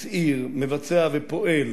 מצהיר, מבצע ופועל,